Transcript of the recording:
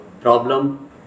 problem